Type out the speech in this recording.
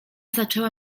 zaczęła